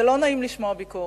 זה לא נעים לשמוע ביקורת.